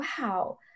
wow